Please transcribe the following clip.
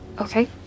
Okay